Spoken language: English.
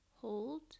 hold